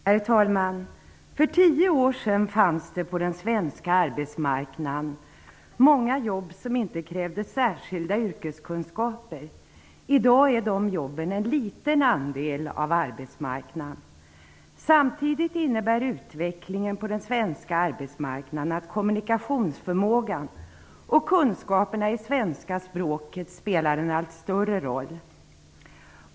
Herr talman! För tio år sedan fanns det på den svenska arbetsmarknaden många jobb som inte krävde särskilda yrkeskunskaper. I dag utgör dessa jobb en liten andel av arbetsmarknaden. Samtidigt innebär utvecklingen på den svenska arbetsmarknaden att kommunikationsförmågan och kunskaperna i svenska språket spelar en allt större roll.